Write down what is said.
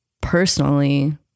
personally